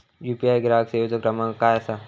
UPI ग्राहक सेवेचो क्रमांक काय असा?